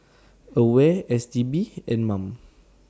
AWARE S T B and Mom